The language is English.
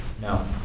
No